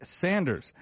sanders